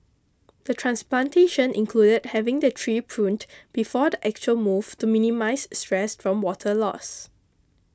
the transplantation included having the tree pruned before the actual move to minimise stress from water loss